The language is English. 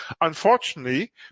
Unfortunately